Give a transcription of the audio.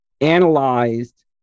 analyzed